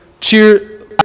cheer